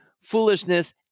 Foolishness